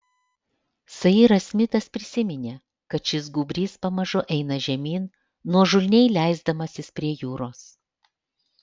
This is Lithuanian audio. sairas smitas prisiminė kad šis gūbrys pamažu eina žemyn nuožulniai leisdamasis prie jūros